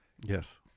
Yes